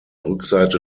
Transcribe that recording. rückseite